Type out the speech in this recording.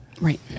Right